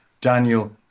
Daniel